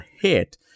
hit